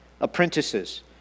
apprentices